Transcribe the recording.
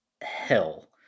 hell